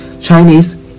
Chinese